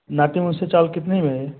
नाटे मूँह के चावल कितने में है